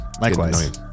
Likewise